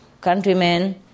countrymen